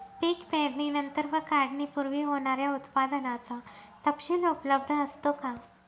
पीक पेरणीनंतर व काढणीपूर्वी होणाऱ्या उत्पादनाचा तपशील उपलब्ध असतो का?